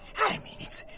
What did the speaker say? i mean it's,